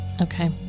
Okay